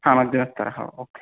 हा मध्यमस्तरः ओके